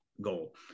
goal